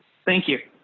thank you.